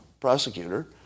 prosecutor